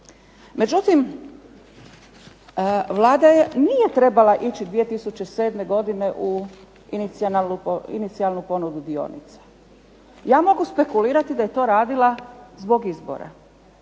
Međutim Vlada nije trebala ići 2007. godine u inicijalnu ponudu dionica. Ja mogu spekulirati da je to radila zbog izbora.